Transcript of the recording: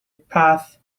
path